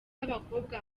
abakobwa